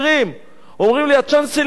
אומרים לי: הצ'אנס היחיד שלי להתקבל